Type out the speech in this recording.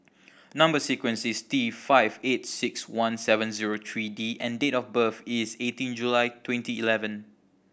number sequence is T five eight six one seven zero three D and date of birth is eighteen July twenty eleven